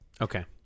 Okay